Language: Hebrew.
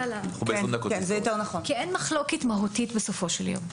אין מחלוקת מהותית בסופו של יום.